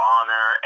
Honor